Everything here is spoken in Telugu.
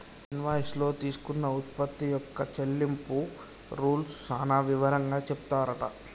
ఇన్వాయిస్ లో తీసుకున్న ఉత్పత్తి యొక్క చెల్లింపు రూల్స్ సాన వివరంగా చెపుతారట